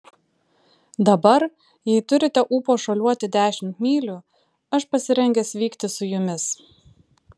dabar jei turite ūpo šuoliuoti dešimt mylių aš pasirengęs vykti su jumis